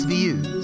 Views